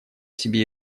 себе